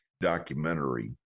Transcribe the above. documentary